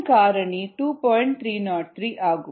303 ஆகும்